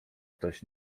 ktoś